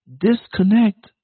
Disconnect